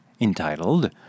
entitled